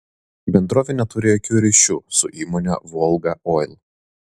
bendrovė neturi jokių ryšių su įmone volga oil